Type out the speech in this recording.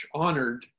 honored